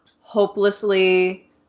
hopelessly